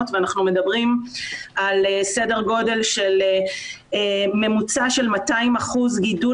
ואנחנו מדברים על סדר גודל של ממוצע של 200% גידול